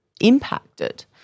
impacted